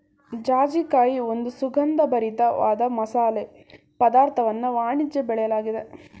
ಜಾಜಿಕಾಯಿ ಒಂದು ಸುಗಂಧಭರಿತ ವಾದ ಮಸಾಲೆ ಪದಾರ್ಥವಾದ ವಾಣಿಜ್ಯ ಬೆಳೆಯಾಗಿದೆ